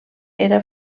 era